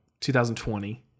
2020